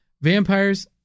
Vampires